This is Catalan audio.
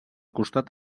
costat